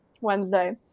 Wednesday